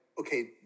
okay